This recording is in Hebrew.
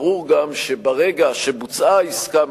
ברור גם שברגע שבוצעה העסקה,